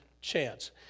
chance